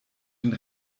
den